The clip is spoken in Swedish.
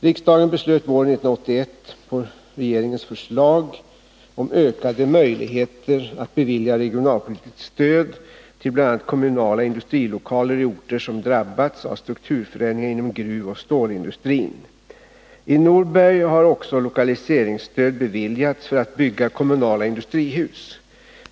Riksdagen beslöt våren 1981 på regeringens förslag om ökade möjligheter att bevilja regionalpolitiskt stöd till bl.a. kommunala industrilokaler i orter som drabbats av strukturförändringar inom gruvoch stålindustrin. I Norberg har också lokaliseringsstöd beviljats för att bygga kommunala industrihus.